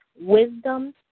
wisdom